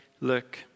look